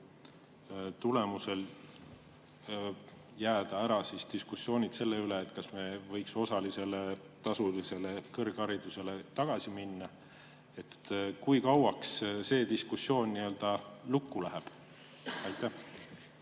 tulemusel jääda ära diskussioonid selle üle, kas me võiks osalisele tasulisele kõrgharidusele tagasi minna? Kui kauaks see diskussioon nii‑öelda lukku läheb? Tänan,